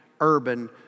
urban